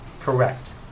Correct